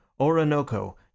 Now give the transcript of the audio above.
Orinoco